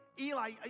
Eli